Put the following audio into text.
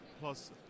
plus